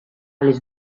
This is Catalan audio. les